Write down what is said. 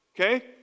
okay